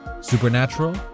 Supernatural